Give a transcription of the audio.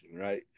right